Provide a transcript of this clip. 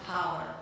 power